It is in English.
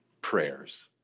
prayers